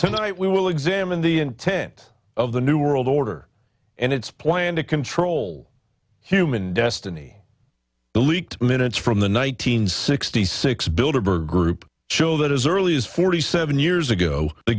tonight we will examine the intent of the new world order and its plan to control human destiny the leaked minutes from the one nine hundred sixty six build a bird group show that as early as forty seven years ago the